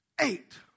eight